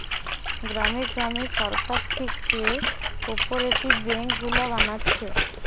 গ্রামে গ্রামে সরকার থিকে কোপরেটিভ বেঙ্ক গুলা বানাচ্ছে